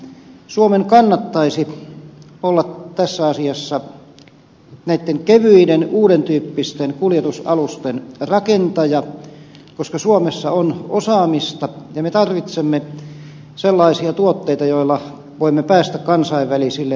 suomen kannattaisi olla tässä asiassa näitten kevyiden uudentyyppisten kuljetusalusten rakentaja koska suomessa on osaamista ja me tarvitsemme sellaisia tuotteita joilla voimme päästä kansainvälisille vientimarkkinoille